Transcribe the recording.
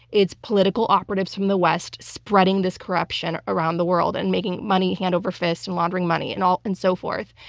it's political operatives from the west spreading this corruption around the world and making money hand over fist and laundering money, and and so forth.